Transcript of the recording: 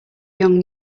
young